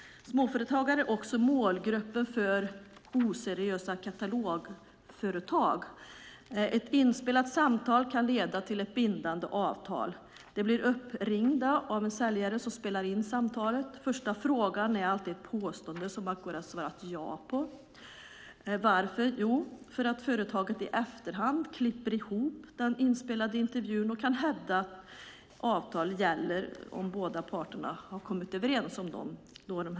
Småföretagare är också målgruppen för oseriösa katalogföretag. Ett inspelat samtal kan leda till ett bindande avtal. Småföretagaren blir uppringd av en säljare som spelar in samtalet. Den första frågan är alltid ett påstående som det går att svara ja på. Varför? I efterhand klipper säljaren ihop den inspelade intervjun och kan hävda att det gäller ett avtal som båda parter kommit överens om.